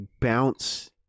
bounce